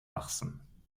wachsen